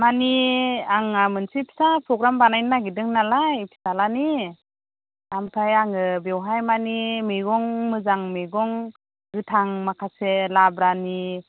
माने आंहा मोनसे फिसा प्रग्राम बानायनो नागिरदों नालाय फिसाज्लानि ओमफ्राय आङो बेवहाय माने मैगं मोजां मैगं गोथां माखासे लाब्रानि